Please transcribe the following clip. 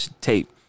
tape